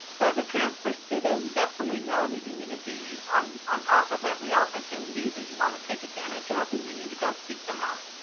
a transfer student definitely know that you need to be on on top of every opportunity that you want to take advantage of. and you need to go seek them out.